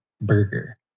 burger